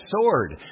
sword